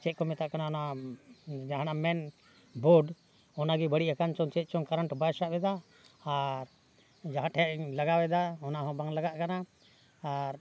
ᱪᱮᱫ ᱠᱚ ᱢᱮᱛᱟᱜ ᱠᱟᱱᱟ ᱚᱱᱟ ᱡᱟᱦᱟᱸᱱᱟᱜ ᱢᱮᱱ ᱵᱳᱨᱰ ᱚᱱᱟ ᱜᱮ ᱵᱟᱹᱲᱤᱡ ᱟᱠᱟᱱ ᱪᱚᱝ ᱪᱮᱫ ᱪᱚᱝ ᱠᱟᱨᱮᱱᱴ ᱵᱟᱭ ᱥᱟᱵ ᱮᱫᱟ ᱟᱨ ᱡᱟᱦᱟᱸ ᱴᱷᱮᱱ ᱤᱧ ᱞᱟᱜᱟᱣ ᱮᱫᱟ ᱚᱱᱟ ᱦᱚᱸ ᱵᱟᱝ ᱞᱟᱜᱟᱜ ᱠᱟᱱᱟ ᱟᱨ